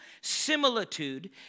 similitude